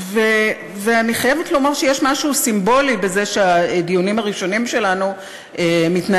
ואני חייבת לומר שיש משהו סימבולי בזה שהדיונים הראשונים שלנו מתנהלים